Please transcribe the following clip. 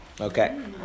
Okay